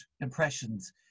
impressions